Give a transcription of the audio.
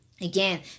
Again